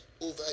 over